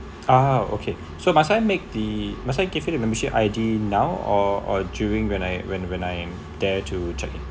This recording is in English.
ah okay so must I make the must I give him the membership I_D now or or during when I when when I am there to check in